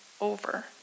over